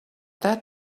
that